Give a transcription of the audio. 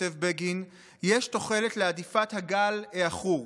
כותב בגין, "יש תוחלת להדיפת הגל העכור,